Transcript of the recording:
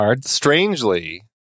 Strangely